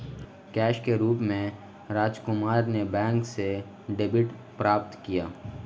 cash के रूप में राजकुमार ने बैंक से डेबिट प्राप्त किया